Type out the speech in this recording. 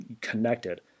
connected